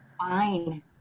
Fine